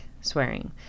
swearing